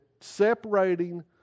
separating